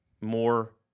more